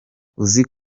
uzi